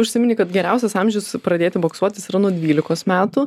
užsimeni kad geriausias amžius pradėti boksuotis yra nuo dvylikos metų